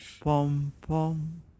pom-pom